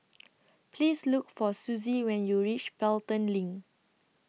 Please Look For Suzie when YOU REACH Pelton LINK